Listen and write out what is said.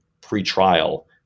pre-trial